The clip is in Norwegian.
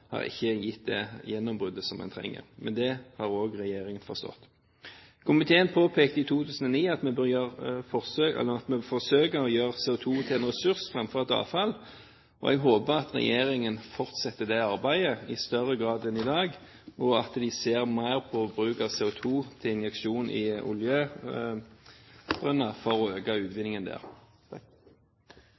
har ikke gitt det gjennombruddet en trenger. Men det har også regjeringen forstått. Komiteen påpekte i 2009 at man bør forsøke å gjøre CO2 til en ressurs fremfor til avfall. Jeg håper at regjeringen fortsetter det arbeidet i større grad enn i dag, og at de ser mer på bruk av CO2 til injeksjon i oljebrønner for å øke utvinningen der.